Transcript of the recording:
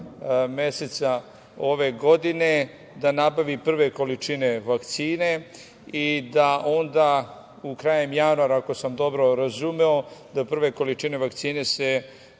meseca ove godine da nabavi prve količine vakcine i da se onda krajem januara, ako sam dobro razumeo, prve količine vakcine već